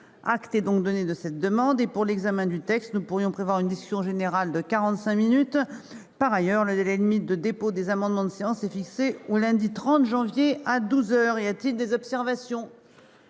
Acte est donné de cette demande. Pour l'examen de ce texte, nous pourrions prévoir une discussion générale de 45 minutes. Par ailleurs, le délai limite de dépôt des amendements de séance serait fixé au lundi 30 janvier à 12 heures. Y a-t-il des observations ?